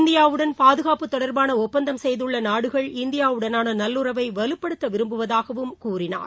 இந்தியாவுடன் பாதுகாப்பு தொடர்பான ஒப்பந்தம் செய்துள்ள நாடுகள் இந்தியாவுடனான நல்லுறவை வலுப்படுத்த விரும்புவதாகக் கூறினார்